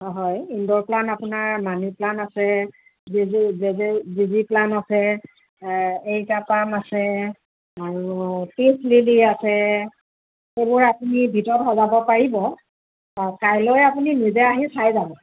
হয় indoor plant আপোনাৰ money plant আছে জিজি প্লাণ্ট আছে এৰেকা পাম আছে আৰু পিচ লিলি আছে সেইবোৰ আপুনি ভিতৰত সজাব পাৰিব আৰু কাইলৈ আপুনি নিজে আহি চাই যাব